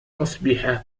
أصبح